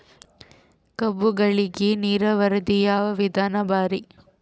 ಕಬ್ಬುಗಳಿಗಿ ನೀರಾವರಿದ ಯಾವ ವಿಧಾನ ಭಾರಿ?